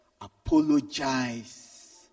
apologize